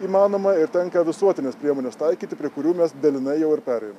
įmanoma ir tenka visuotines priemones taikyti prie kurių mes dalinai jau ir perėjom